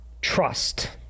Trust